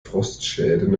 frostschäden